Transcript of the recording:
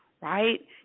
right